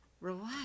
Relax